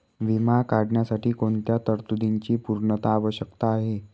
विमा काढण्यासाठी कोणत्या तरतूदींची पूर्णता आवश्यक आहे?